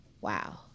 wow